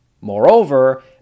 Moreover